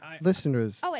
Listeners